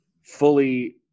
fully